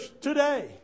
today